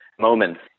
moments